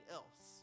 else